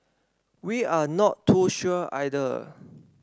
we are not too sure either